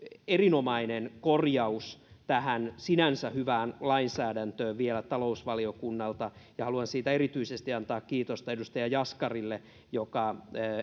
erinomainen korjaus tähän sinänsä hyvään lainsäädäntöön vielä talousvaliokunnalta ja haluan siitä erityisesti antaa kiitosta edustaja jaskarille joka